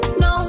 no